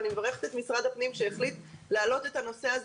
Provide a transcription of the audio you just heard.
אני מברכת את משרד הפנים שהחליט להעלות את הנושא הזה